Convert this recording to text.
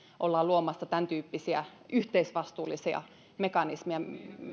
ollaan luomassa tämäntyyppisiä yhteisvastuullisia mekanismeja